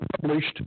published